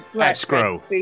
Escrow